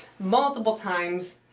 multiple times.